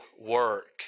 work